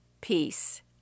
Peace